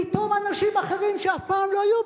פתאום אנשים אחרים שאף פעם לא היו,